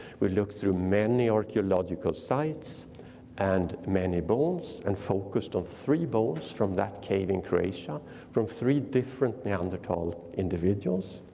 we looked through many archeological sites and many bones and focused on three bones from that cave in croatia from three different neanderthal individuals.